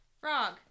Frog